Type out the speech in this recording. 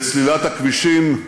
את סלילת הכבישים,